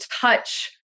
touch